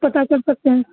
پتہ کر سکتے ہیں